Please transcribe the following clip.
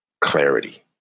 clarity